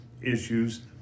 issues